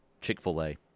Chick-fil-A